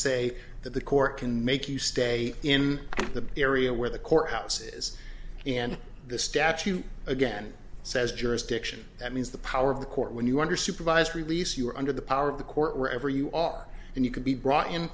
say that the court can make you stay in the area where the courthouse is and the statute again says jurisdiction that means the power of the court when you are under supervised release you are under the power of the court where ever you are and you could be brought in